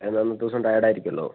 ഞാൻ അന്നത്തിവസം റ്റയേഡ് ആരിക്കൂലോ